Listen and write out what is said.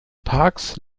parks